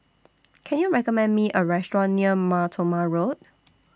Can YOU recommend Me A Restaurant near Mar Thoma Road